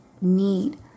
need